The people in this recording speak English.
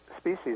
species